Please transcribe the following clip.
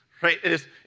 right